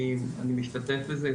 אני משתתף בזה,